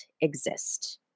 exist